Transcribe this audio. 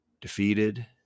defeated